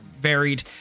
varied